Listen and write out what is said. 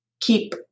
keep